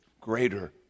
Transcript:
greater